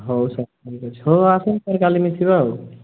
ହଉ ସାର୍ ଠିକ୍ ଅଛି ହଉ ଆସନ୍ତୁ ସାର୍ କାଲି ମିଶିବା ଆଉ